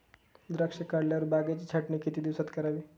द्राक्षे काढल्यावर बागेची छाटणी किती दिवसात करावी?